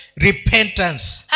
repentance